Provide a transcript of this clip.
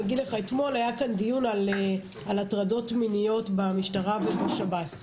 אתמול היה כאן דיון על הטרדות מיניות במשטרה ובשב"ס.